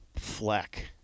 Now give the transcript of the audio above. Fleck